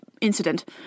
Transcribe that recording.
incident